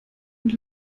und